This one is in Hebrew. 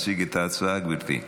הצעת חוק שירות לאומי-אזרחי,